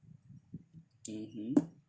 mmhmm